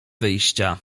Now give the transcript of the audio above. wyjścia